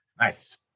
Nice